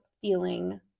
feeling